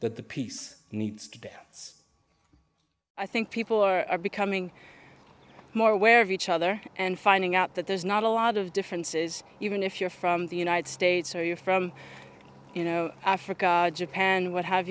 that the piece needs today i think people are becoming more aware of each other and finding out that there's not a lot of differences even if you're from the united states or you from you know africa japan what have